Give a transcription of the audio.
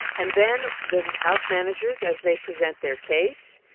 and then the house managers, as they present their case,